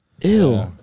Ew